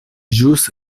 ĵus